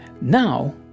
Now